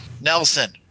Nelson